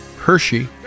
Hershey